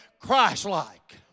Christ-like